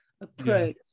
approach